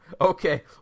Okay